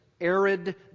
arid